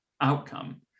outcome